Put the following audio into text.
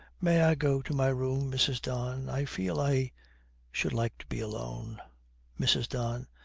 may i go to my room, mrs. don? i feel i should like to be alone mrs. don.